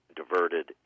diverted